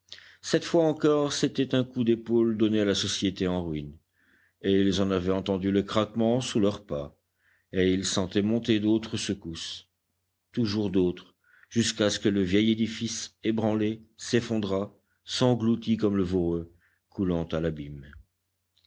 cette fois encore c'était un coup d'épaule donné à la société en ruine et ils en avaient entendu le craquement sous leurs pas et ils sentaient monter d'autres secousses toujours d'autres jusqu'à ce que le vieil édifice ébranlé s'effondrât s'engloutît comme le voreux coulant à l'abîme